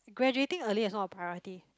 graduating early is not a priority